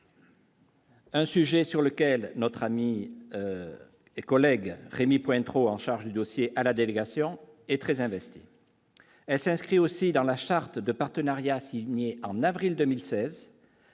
Un sujet sur lequel notre ami et collègue Rémy-Cointreau en charge du dossier à la délégation est très investi essai inscrit aussi dans la charte de partenariat signé en avril 2016.